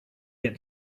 get